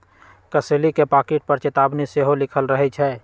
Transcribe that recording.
कसेली के पाकिट पर चेतावनी सेहो लिखल रहइ छै